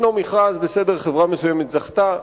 ישנו מכרז, בסדר, חברה מסוימת זכתה.